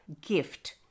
gift